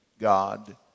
God